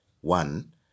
One